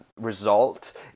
result